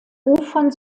ufern